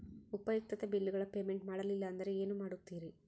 ಉಪಯುಕ್ತತೆ ಬಿಲ್ಲುಗಳ ಪೇಮೆಂಟ್ ಮಾಡಲಿಲ್ಲ ಅಂದರೆ ಏನು ಮಾಡುತ್ತೇರಿ?